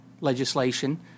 legislation